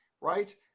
right